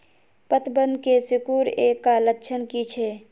पतबन के सिकुड़ ऐ का लक्षण कीछै?